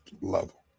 level